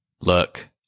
Look